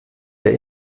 der